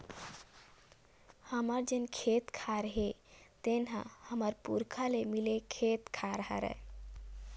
हमर जेन खेत खार हे तेन ह हमर पुरखा ले मिले खेत खार हरय